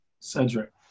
Cedric